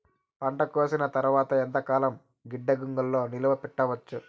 పంట కోసేసిన తర్వాత ఎంతకాలం గిడ్డంగులలో నిలువ పెట్టొచ్చు?